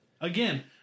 again